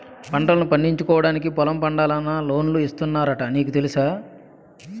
పంటల్ను పండించుకోవడానికి పొలం పండాలన్నా లోన్లు ఇస్తున్నారట నీకు తెలుసా?